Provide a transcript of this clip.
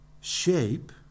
shape